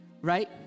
Right